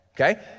okay